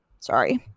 Sorry